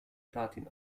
platin